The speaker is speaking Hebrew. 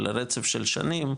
על הרצף של שנים,